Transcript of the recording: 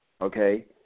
okay